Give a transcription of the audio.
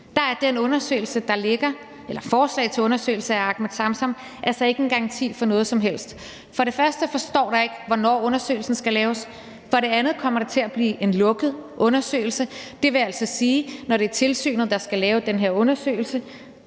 blev tilbudt i Enhedslisten, er det forslag til undersøgelse af Ahmed Samsam altså ikke en garanti for noget som helst. For det første står der ikke, hvornår undersøgelsen skal laves. For det andet kommer det til at blive en lukket undersøgelse. Det vil altså sige, at når det er tilsynet, der skal lave den her undersøgelse